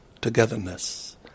togetherness